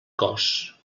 cos